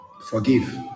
Forgive